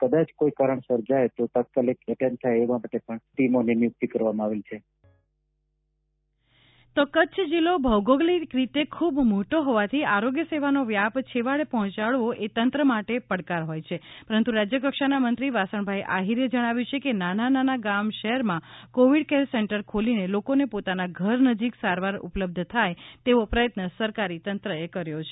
કચ્છમાં કોરોના સારવાર કચ્છ જિલ્લો ભૌગોલિક રીતે ખૂબ મોટો હોવાથી આરોગ્ય સેવાનો વ્યાપ છેવાડે પહોંચાડવો એ તંત્ર માટે પડકાર હોય છે પરંતુ રાજ્યકક્ષાના મંત્રી વાસણભાઈ આહીરે જણાવ્યું છે કે નાના નાના ગામ શહેરમાં કોવિડ કેર સેન્ટર ખોલીને લોકોને પોતાના ઘર નજીક સારવાર ઉપલબ્ધ થાય તેવો પ્રયત્ન સરકારી તંત્રએ કર્યો છે